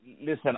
Listen